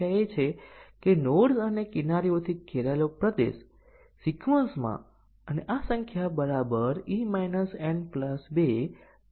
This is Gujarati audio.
અને તેથી કોઈપણ પુરાવા આપ્યા વિના આપણે અનુમાન કરીશું કે આપણને n 1 ટેસ્ટીંગ ના કેસોની જરૂર છે જ્યારે આપણી પાસે કંપાઉંડ યુક્ત કન્ડીશન અભિવ્યક્તિમાં બેઝીક કન્ડીશન હોય છે